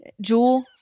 Jewel